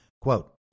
quote